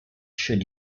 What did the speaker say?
should